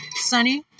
Sunny